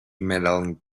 medaling